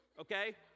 Okay